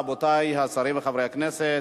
רבותי השרים וחברי הכנסת.